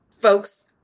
folks